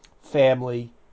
family